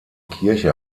kirche